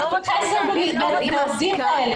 יש פה חסר בעובדים כאלה,